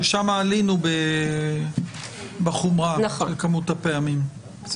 ששם עלינו בחומרה של כמות הפעמים.